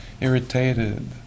irritated